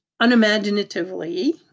unimaginatively